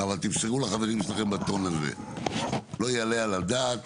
אבל תמסרו לחברים שלכם בטון הזה, לא יעלה על הדעת